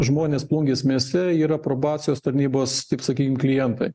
žmonės plungės mieste yra probacijos tarnybos taip sakykim klientai